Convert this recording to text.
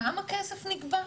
כמה כסף ניגבה?